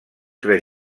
tres